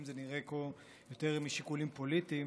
זה נראה כמו יותר משיקולים פוליטיים.